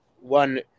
one